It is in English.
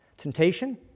Temptation